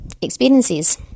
experiences